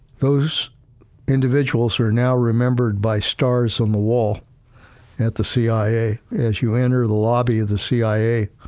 those individuals are now remembered by stars on the wall at the cia as you enter the lobby of the cia.